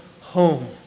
home